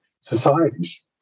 societies